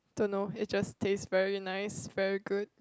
don't know it just taste very nice very good